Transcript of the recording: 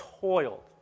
toiled